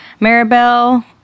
Maribel